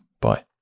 Bye